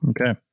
Okay